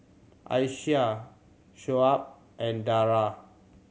Aisyah Shoaib and Dara